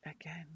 Again